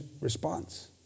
response